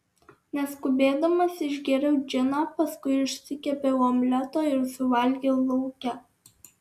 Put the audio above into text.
neskubėdamas išgėriau džiną paskui išsikepiau omleto ir suvalgiau lauke